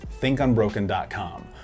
ThinkUnbroken.com